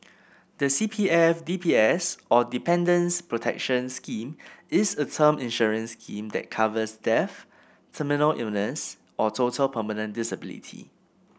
the C P F D P S or Dependants' Protection Scheme is a term insurance scheme that covers death terminal illness or total permanent disability